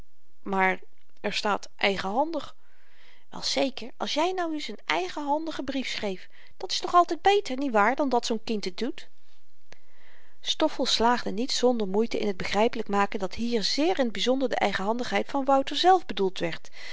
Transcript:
maar er staat eigenhandig wel zeker als jy nu eens n eigenhandigen brief schreef dat is toch altyd beter niet waar dan dat zoo'n kind het doet stoffel slaagde niet zonder moeite in t begrypelyk maken dat hier zeer in t byzonder de eigenhandigheid van wouter zelf bedoeld werd